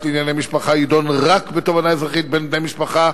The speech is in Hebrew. לענייני משפחה ידון רק בתובענה אזרחית בין בני-משפחה,